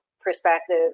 perspective